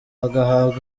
agahabwa